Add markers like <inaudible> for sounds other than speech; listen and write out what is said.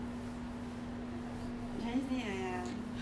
<laughs>